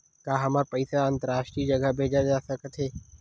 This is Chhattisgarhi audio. का हमर पईसा अंतरराष्ट्रीय जगह भेजा सकत हे?